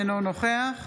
אינו נוכח